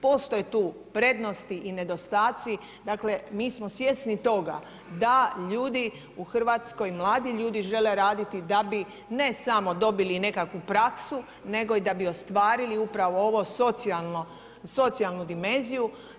Postoje tu prednosti i nedostaci, dakle mi smo svjesni toga da ljudi u Hrvatskoj, mladi ljudi žele raditi da bi ne samo dobili nekakvu praksu nego da bi ostvarili upravo ovu socijalnu dimenziju.